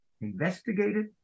investigated